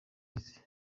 isi